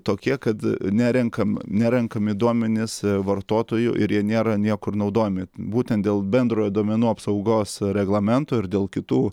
tokie kad nerenkam nerenkami duomenys vartotojų ir jie nėra niekur naudojami būtent dėl bendrojo duomenų apsaugos reglamento ir dėl kitų